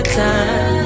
time